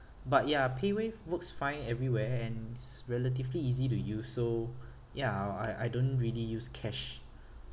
but ya paywave works fine everywhere and it's relatively easy to use so ya I I I don't really use cash